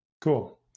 Cool